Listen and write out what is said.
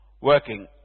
working